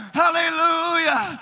hallelujah